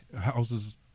houses